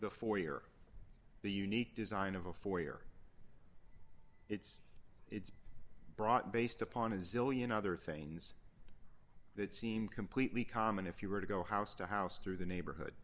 before year the unique design of a four year it's it's brought based upon a zillion other things that seem completely common if you were to go house to house through the neighborhood